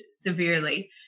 severely